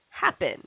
happen